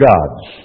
God's